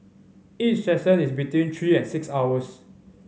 each session is between three and six hours